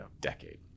decade